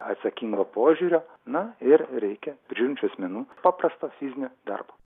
atsakingo požiūrio na ir reikia prižiūrinčių asmenų paprasto fizinio darbo